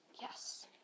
yes